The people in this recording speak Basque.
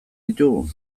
ditugu